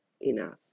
enough